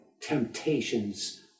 temptations